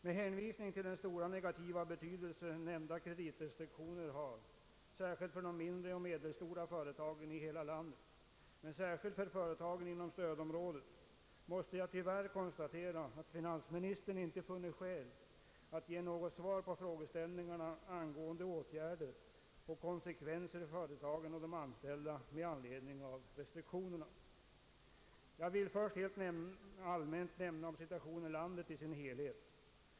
Med hänvisning till den stora negativa betydelse nämnda kreditrestriktioner har för de mindre och medelstora företagen i hela landet men särskilt för företagen inom stödområdet måste jag tyvärr konstatera att finansministern inte funnit skäl att ge svar på frågeställningarna angående åtgärder och konsekvenser för företagen och de anställda. Jag vill först helt allmänt säga något om situationen i landet som helhet.